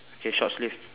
okay short sleeve